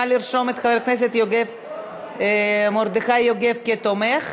נא לרשום את חבר הכנסת מרדכי יוגב כתומך.